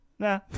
Nah